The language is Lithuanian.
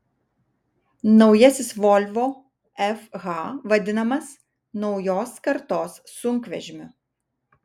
naujasis volvo fh vadinamas naujos kartos sunkvežimiu